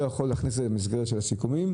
יכול להכניס את זה למסגרת של הסיכומים.